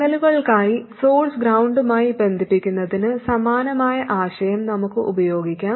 സിഗ്നലുകൾക്കായി source ഗ്രൌണ്ടുമായി ബന്ധിപ്പിക്കുന്നതിന് സമാനമായ ആശയം നമുക്ക് ഉപയോഗിക്കാം